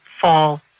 fall